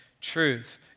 truth